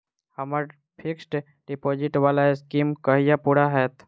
हम्मर fixed deposit वला scheme कहिया पूरा हैत?